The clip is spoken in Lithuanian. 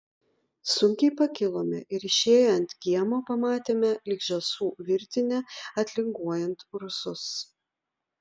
sunkiai pakilome ir išėję ant kiemo pamatėme lyg žąsų virtinę atlinguojant rusus